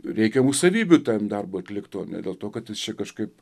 reikiamų savybių tam darbui atlikt o ne dėl to kad jis čia kažkaip